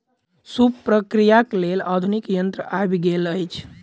सूप प्रक्रियाक लेल आधुनिक यंत्र आबि गेल अछि